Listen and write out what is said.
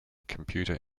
computer